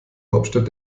hauptstadt